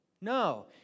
No